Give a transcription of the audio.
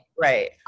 right